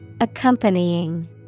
Accompanying